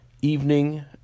evening